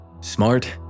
Smart